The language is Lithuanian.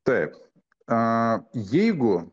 taip a jeigu